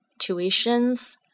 Tuitions